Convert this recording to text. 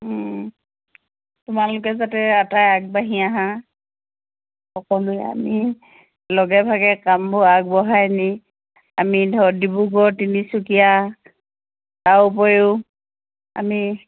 তোমালোকে যাতে আটায়ে আগবাঢ়ি আহা সকলোৱে আমি লগে ভাগে কামবোৰ আগবঢ়াই নি আমি ধৰ ডিব্ৰুগড় তিনিচুকীয়া তাৰ উপৰিও আমি